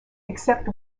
except